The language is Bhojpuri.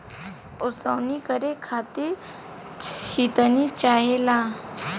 ओसवनी करे खातिर छितनी चाहेला